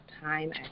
time